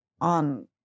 on